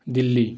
دِلی